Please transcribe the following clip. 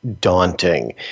daunting